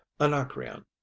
anacreon